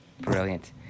Brilliant